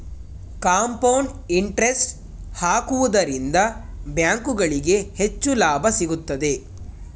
compound interest ಹಾಕುವುದರಿಂದ ಬ್ಯಾಂಕುಗಳಿಗೆ ಹೆಚ್ಚು ಲಾಭ ಸಿಗುತ್ತದೆ